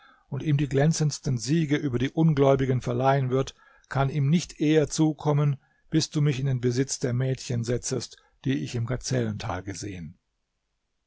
und ihm die glänzendsten siege über die ungläubigen verleihen wird kann ihm nicht eher zukommen bis du mich in den besitz der mädchen setzest die ich im gazellental gesehen